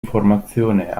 informazione